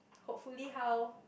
hopefully how